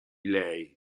lei